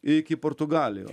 iki portugalijos